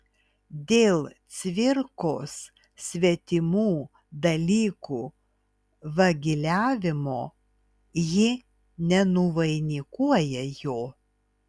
dėl cvirkos svetimų dalykų vagiliavimo ji nenuvainikuoja jo